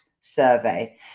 survey